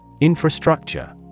Infrastructure